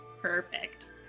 Perfect